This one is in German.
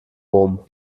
rom